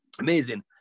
Amazing